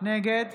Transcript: נגד